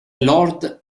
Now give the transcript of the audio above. lord